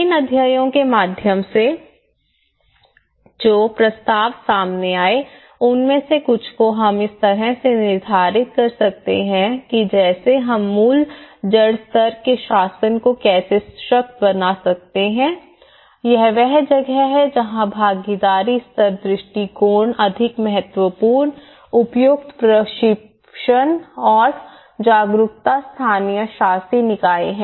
इन अध्ययनों के माध्यम से जो प्रस्ताव सामने आए उनमें से कुछ को हम इस तरह से निर्धारित कर सकते हैं जैसे हम मूल जड़ स्तर के शासन को कैसे सशक्त बना सकते हैं यह वह जगह है जहां भागीदारी स्तर दृष्टिकोण अधिक महत्वपूर्ण उपयुक्त प्रशिक्षण और जागरूकता स्थानीय शासी निकाय हैं